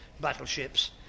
battleships